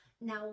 Now